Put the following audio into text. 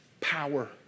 power